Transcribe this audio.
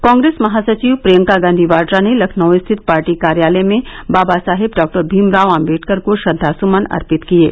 कांग्रेस महासचिव प्रियंका गांधी वाड्रा ने लखनऊ स्थित पार्टी कार्यालय में बाबा साहेब डॉक्टर भीमराव आम्बेडकर को श्रद्वा सुमन अर्पित किये